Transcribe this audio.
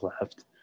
left